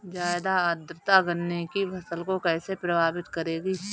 ज़्यादा आर्द्रता गन्ने की फसल को कैसे प्रभावित करेगी?